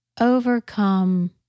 overcome